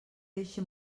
eixe